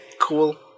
cool